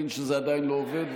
אני מבין שזה עדיין לא עובד,